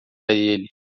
ele